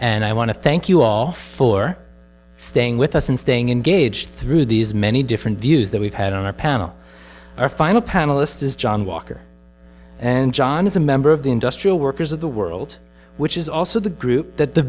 and i want to thank you all for staying with us and staying engaged through these many different views that we've had on our panel our final panelist is john walker and john is a member of the industrial workers of the world which is also the group that the